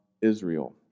Israel